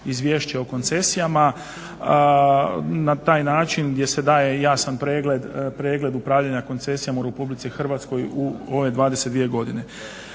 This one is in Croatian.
izvješće o koncesijama na taj način gdje se daje jasan pregled upravljanja koncesijama u Republici Hrvatskoj u ove 22 godine.